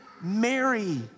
Mary